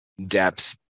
depth